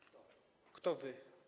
Kto to wy?